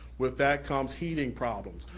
with that comes heating problems,